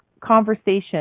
conversation